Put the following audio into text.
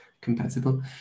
compatible